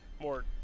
More